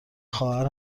خواهر